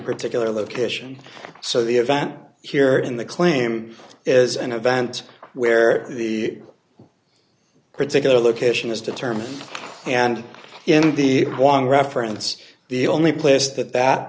particular location so the event here in the claim is an event where the particular location is determined and in the one reference the only place that that